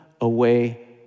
away